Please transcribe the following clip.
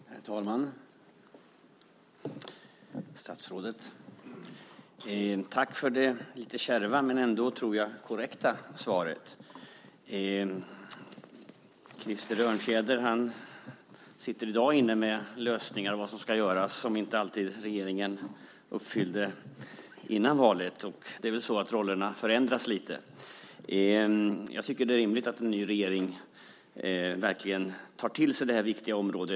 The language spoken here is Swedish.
Herr talman! Statsrådet! Tack för det lite kärva men ändå, tror jag, korrekta svaret! Krister Örnfjäder sitter i dag inne med lösningar på vad som ska göras, något som inte alltid regeringen gjorde före valet. Det är väl så att rollerna förändras lite. Jag tycker att det är rimligt att en ny regering verkligen tar till sig detta viktiga område.